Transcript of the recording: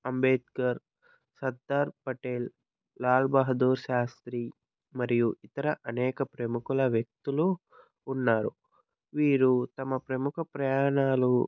అంబేద్కర్ సర్దార్ పటేల్ లాల్ బహుదూర్ శాస్త్రి మరియు ఇతర అనేక ప్రముఖుల వ్యక్తులు ఉన్నారు వీరు తమ ప్రముఖ ప్రయాణాలు